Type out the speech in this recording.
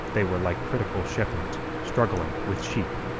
they were like critical shepherds, struggling with sheep.